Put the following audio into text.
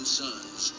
sons